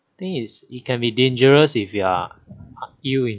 I think it's it can be dangerous if you are you in